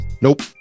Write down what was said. Nope